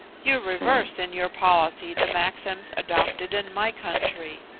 you reverse in your policy the maxims adopted in my country.